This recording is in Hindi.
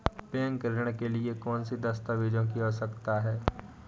बैंक ऋण के लिए कौन से दस्तावेजों की आवश्यकता है?